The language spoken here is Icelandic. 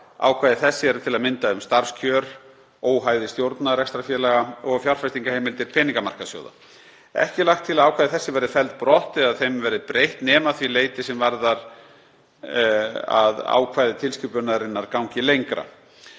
Ákvæði þessi eru til að mynda um starfskjör, óhæði stjórna rekstrarfélaga og fjárfestingarheimildir peningamarkaðssjóða. Ekki er lagt til að ákvæði þessi verði felld brott eða að þeim verði breytt nema að því leyti sem ákvæði tilskipunarinnar ganga lengra.